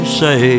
say